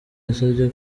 yasabye